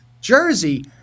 Jersey